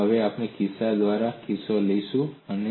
અને હવે આપણે કિસ્સો દ્વારા કિસ્સો લઈશું